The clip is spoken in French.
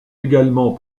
également